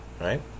right